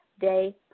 day